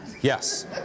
Yes